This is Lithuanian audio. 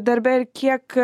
darbe ir kiek